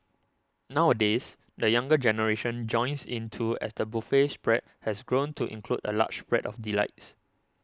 nowadays the younger generation joins in too as the buffet spread has grown to include a large spread of delights